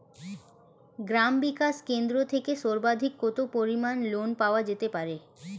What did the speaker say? গ্রাম বিকাশ কেন্দ্র থেকে সর্বাধিক কত পরিমান লোন পাওয়া যেতে পারে?